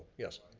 yes.